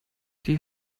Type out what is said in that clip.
die